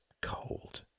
cold